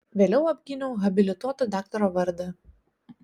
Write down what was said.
vėliau apgyniau habilituoto daktaro vardą